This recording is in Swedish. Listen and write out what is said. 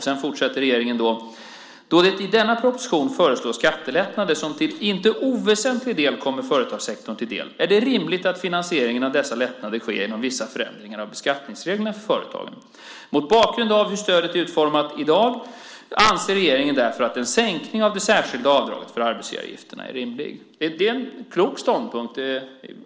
Sedan fortsätter regeringen: "Då det i denna proposition föreslås skattelättnader som till inte oväsentlig del kommer företagssektorn till del, är det rimligt att finansieringen av dessa lättnader sker genom vissa förändringar av beskattningsreglerna för företag. Mot bakgrund av hur stödet i dag är utformat anser regeringen därför att en sänkning av det särskilda avdraget för arbetsgivaravgifterna är rimlig." Det är en klok ståndpunkt.